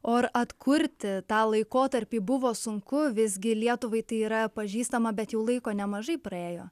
o ar atkurti tą laikotarpį buvo sunku visgi lietuvai tai yra pažįstama bet jau laiko nemažai praėjo